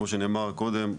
כמו שנאמר קודם,